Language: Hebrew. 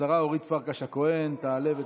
השרה אורית פרקש הכהן, תעלה ותבוא.